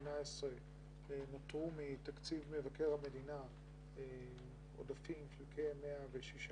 2018 נותרו מתקציב מבקר המדינה עודפים של כ-106